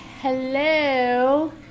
hello